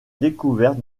découverte